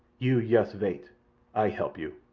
you yust vait ay help you.